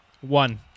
One